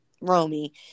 Romy